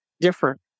different